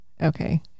Okay